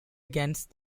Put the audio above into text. against